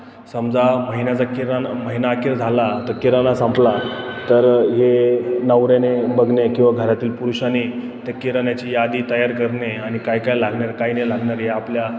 समजा महिन्याचा किराणा महिना अखेर झाला तर किराणा संपला तर हे नवऱ्याने बघणे किंवा घरातील पुरुषाने त्या किराण्याची यादी तयार करणे आणि काय काय लागणार आहे काय नाही लागणार हे आपल्या